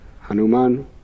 Hanuman